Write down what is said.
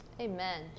Amen